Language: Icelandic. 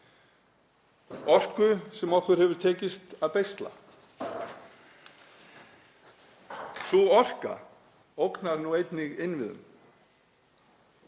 orku sem okkur hefur tekist að beisla. Sú orka ógnar nú einnig innviðum.